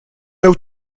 miu